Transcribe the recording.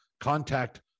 contact